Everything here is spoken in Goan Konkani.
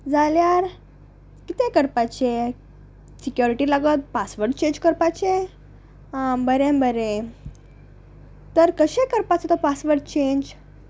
जाल्यार कितें करपाचें सिक्युरिटी लागत पासवर्ड चेंज करपाचें आं बरें बरें तर कशें करपाचो तो पासवर्ड चेंज